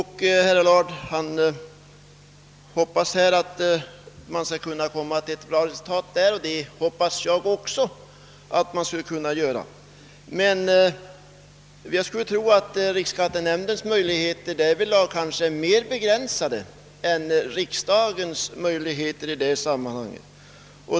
Herr Allard hoppas att man därmed skall kunna komma till ett bra resultat, vilket även jag gör. Jag skulle emellertid tro att riksskattenämndens möjligheter därvidlag är mera begränsade än riksdagens i detta sammanhang.